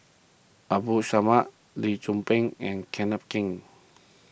Abdul Samad Lee Tzu Pheng and Kenneth Keng